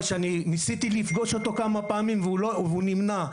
שאני ניסיתי לפגוש אותו כמה פעמים והוא נמנע,